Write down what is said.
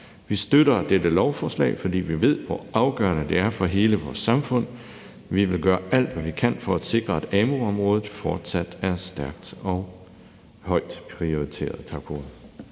Vi støtter dette lovforslag, fordi vi ved, hvor afgørende det er for hele vores samfund. Vi vil gøre alt, hvad vi kan, for at sikre, at amu-området fortsat er stærkt og højt prioriteret. Tak for